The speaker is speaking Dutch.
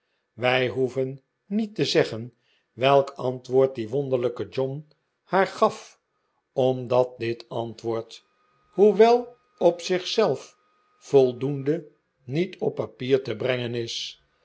wij hoeven niet te zeggen welk antwoord die wonderlijke john haar gaf omdat dit antwoord hoewel op zich zelf voldoende niet op papier te brengen is